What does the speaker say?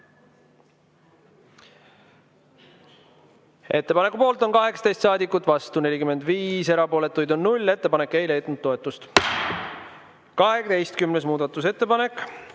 Ettepaneku poolt on 18 saadikut, vastu 45, erapooletuid on 0. Ettepanek ei leidnud toetust.12. muudatusettepanek,